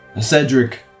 Cedric